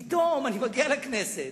פתאום אני מגיע לכנסת,